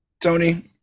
Tony